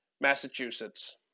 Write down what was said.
massachusetts